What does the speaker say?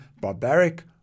barbaric